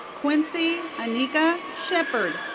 quincy anika sheppard.